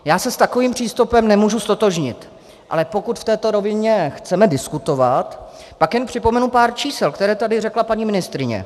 Já se s takovým přístupem nemůžu ztotožnit, ale pokud v této rovině chceme diskutovat, pak jen připomenu pár čísel, které tady řekla paní ministryně.